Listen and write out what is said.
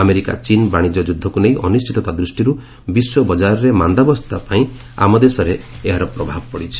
America ଚୀନ୍ ବାଶିଜ୍ୟ ଯୁଦ୍ଧକୁ ନେଇ ଅନିଶ୍ଚିତତା ଦୃଷ୍ଟିରୁ ବିଶ୍ୱ ବଜାରରେ ମାନ୍ଦାବସ୍ଥ ଦୃଷ୍ଟିର୍ ଆମ ଦେଶରେ ଏହାର ପ୍ରଭାବ ପଡ଼ିଛି